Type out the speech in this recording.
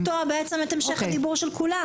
לא צריך להתפרץ ולקטוע את המשך הדיבור של כולם.